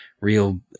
real